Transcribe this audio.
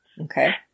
Okay